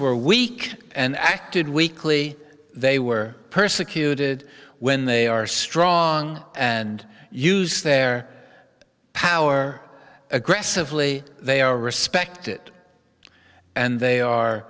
were weak and acted weakly they were persecuted when they are strong and use their power aggressively they are respected and they are